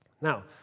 Now